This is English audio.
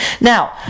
Now